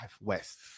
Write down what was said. West